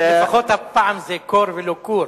לפחות הפעם זה קור, בחולם, ולא קור.